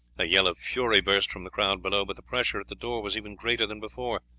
a yell of fury burst from the crowd below, but the pressure at the door was even greater than before.